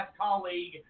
colleague